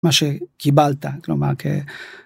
מה שקיבלת כלומר.